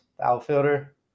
outfielder